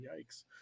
Yikes